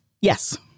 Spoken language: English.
Yes